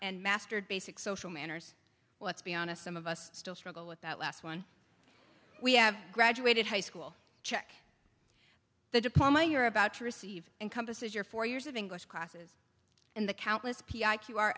and mastered basic social manners let's be honest some of us still struggle with that last one we have graduated high school check the deploy my you're about to receive encompasses your four years of english classes and the countless p i q r